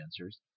answers